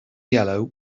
yellow